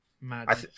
mad